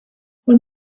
when